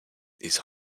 these